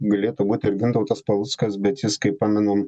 galėtų būt ir gintautas paluckas bet jis kaip pamenu